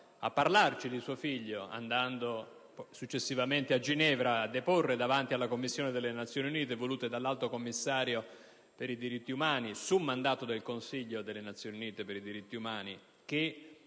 a parlarci di suo figlio prima di andare a Ginevra per deporre davanti alla Commissione delle Nazioni Unite per volere dell'Alto commissario per i diritti umani delegato, su mandato del Consiglio delle Nazioni Unite per i diritti umani, a